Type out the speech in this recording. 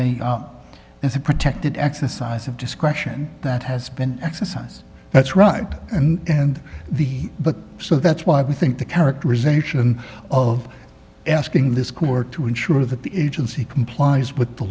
a protected exercise of discretion that has been exercise that's right and the but so that's why we think the characterization of asking this court to ensure that the agency complies with the